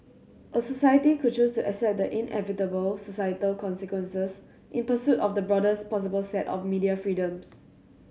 a society could choose to accept the inevitable societal consequences in pursuit of the broadest possible set of media freedoms